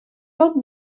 poc